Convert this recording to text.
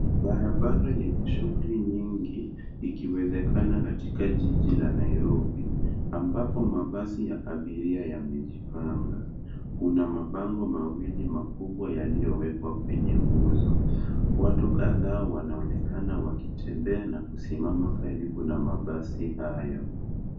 Barabara yenye shughuli nyingi ikiwezekana katika jiji la Nairobi ambapo mabasi ya abiria yamejipanga. Kuna mabango mawili makubwa yaliyowekwa kwenye nguzo. Watu kadhaa wanaonekana wakitembea na kusimama karibu na mabasi hayo.